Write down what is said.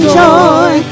joy